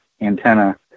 antenna